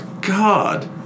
God